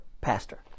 pastor